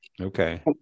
Okay